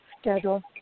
Schedule